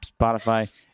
Spotify